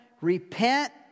repent